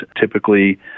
typically